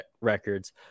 records